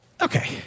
Okay